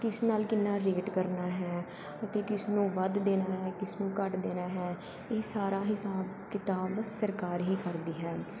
ਕਿਸ ਨਾਲ ਕਿੰਨਾ ਰੇਟ ਕਰਨਾ ਹੈ ਅਤੇ ਕਿਸ ਨੂੰ ਵੱਧ ਦੇਣਾ ਹੈ ਕਿਸਨੂੰ ਘੱਟ ਦੇਣਾ ਹੈ ਇਹ ਸਾਰਾ ਹਿਸਾਬ ਕਿਤਾਬ ਸਰਕਾਰ ਹੀ ਕਰਦੀ ਹੈ